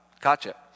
Gotcha